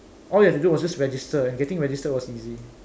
all you have to do was just register and getting registered was easy